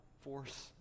force